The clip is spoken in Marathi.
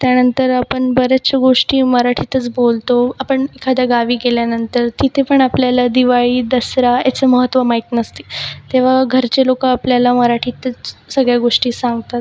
त्यानंतर आपण बऱ्याचशा गोष्टी मराठीतच बोलतो आपण एखाद्या गावी गेल्यानंतर तिथेपण आपल्याला दिवाळी दसरा हेचं महत्त्व माहीत नसते तेव्हा घरचे लोक आपल्याला मराठीतच सगळ्या गोष्टी सांगतात